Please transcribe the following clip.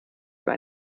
über